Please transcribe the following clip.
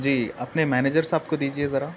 جی اپنے مینیجر صاحب کو دیجیے ذرا